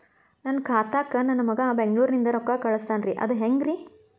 ನನ್ನ ಖಾತಾಕ್ಕ ನನ್ನ ಮಗಾ ಬೆಂಗಳೂರನಿಂದ ರೊಕ್ಕ ಕಳಸ್ತಾನ್ರಿ ಅದ ಹೆಂಗ್ರಿ?